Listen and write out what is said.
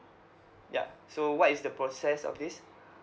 yup so what is the process of this